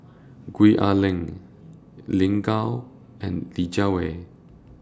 Gwee Ah Leng Lin Gao and Li Jiawei